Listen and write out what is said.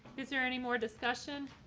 is there any more discussion?